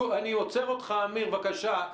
אני עוצר אותך, אמיר, בבקשה.